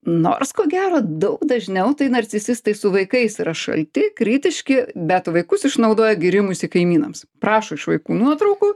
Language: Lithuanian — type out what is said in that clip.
nors ko gero daug dažniau tai narcisistai su vaikais yra šalti kritiški bet vaikus išnaudoja gyrimuisi kaimynams prašo iš vaikų nuotraukų